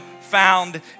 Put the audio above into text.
found